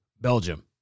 Belgium